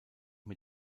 mit